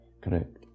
Correct